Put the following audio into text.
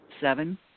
Seven